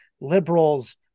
liberals